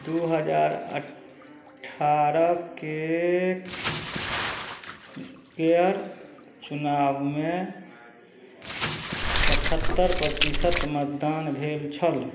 दू हजार अठारह के केयर चुनावमे पचहत्तर प्रतिशत मतदान भेल छल